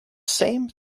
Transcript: same